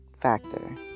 factor